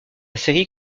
série